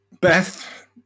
Beth